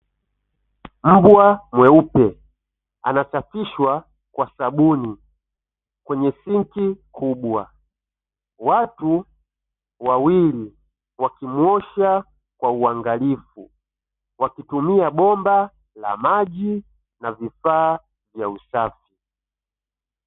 Mbwa mweupe anasafishwa kwa sabuni kwenye sinki kubwa. Watu wawili wakimwosha kwa uangalifu wakitumia bomba la maji na vifaa vya usafi.